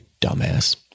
dumbass